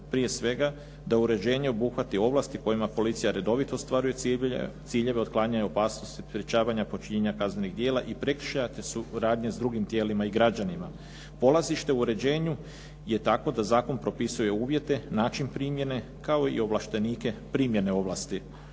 prije svega da uređenje obuhvati ovlasti kojima policija redovito ostvaruje ciljeve otklanjanja opasnosti i sprječavanja počinjenja kaznenih djela i prekršaja te suradnje s drugim tijelima i građanima. Polazište o uređenju je takvo da zakon propisuje uvjete, način primjene kao i ovlaštenike primjene ovlasti.